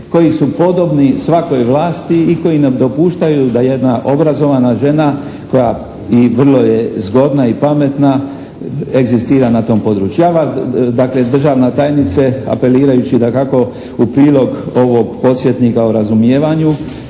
koji su podobni svakoj vlasti i koji nam dopuštaju da jedna obrazovana žena koja i vrlo je zgodna i pametna egzistira na tom području. Ja vam, dakle državna tajnice apelirajući dakako u prilog ovog podsjetnika o razumijevanju